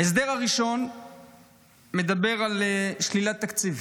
ההסדר הראשון מדבר על שלילת תקציב.